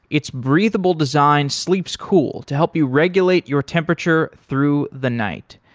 its breathable design slips cool to help you regulate your temperature through the night.